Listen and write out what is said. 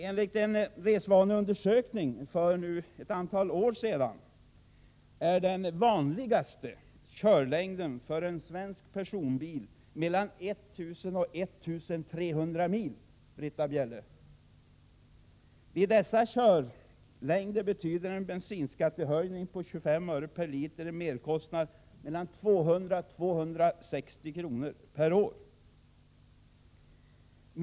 Enligt en resvaneundersökning som gjordes för ett antal år sedan är den vanligaste körlängden för en svensk personbil mellan 1 000 och 1 300 mil per år, Britta Bjelle. Vid dessa körlängder betyder en bensinskattehöjning på 25 öre per liter en merkostnad på mellan 200 och 260 kr. per år.